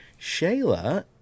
shayla